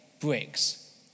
bricks